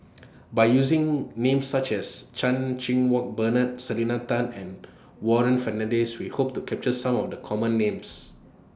By using Names such as Chan Cheng Wah Bernard Selena Tan and Warren Fernandez We Hope to capture Some of The Common Names